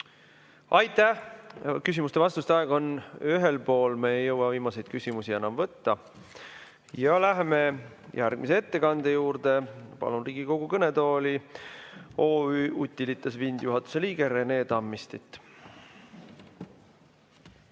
Aitäh! Küsimuste-vastuste aeg on ühel pool, me ei jõua viimaseid küsimusi enam võtta. Läheme järgmise ettekande juurde. Palun Riigikogu kõnetooli OÜ Utilitas Windi juhatuse liikme Rene Tammisti.